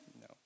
no